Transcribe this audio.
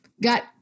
got